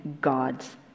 God's